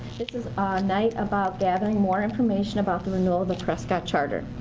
this is a night about gathering more information about the renewal of the prescott charter.